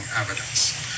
evidence